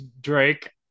Drake